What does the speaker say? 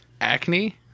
acne